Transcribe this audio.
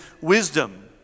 wisdom